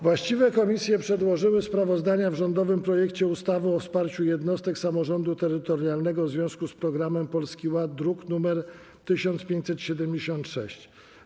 Właściwe komisje przedłożyły sprawozdanie o rządowym projekcie ustawy o wsparciu jednostek samorządu terytorialnego w związku z Programem Polski Ład, druk nr 1576.